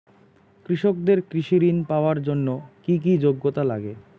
কৃষকদের কৃষি ঋণ পাওয়ার জন্য কী কী যোগ্যতা লাগে?